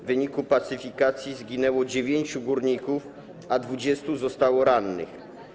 W wyniku pacyfikacji zginęło dziewięciu górników, a 20 zostało rannych.